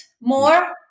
more